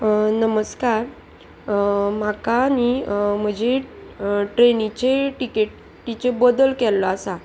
नमस्कार म्हाका न्ही म्हजी ट्रेनीचे टिकेटीचे बदल केल्लो आसा